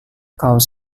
kaus